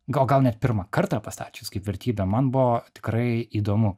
gal gal net pirmą kartą pastačius kaip vertybę man buvo tikrai įdomu